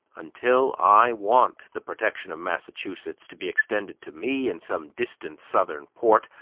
until i want the protection of massachusetts to be extended to me in some distant southern port,